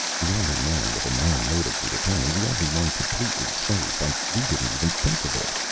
the only man with a known motive for returning, the only one completely safe and we didn't even think of it!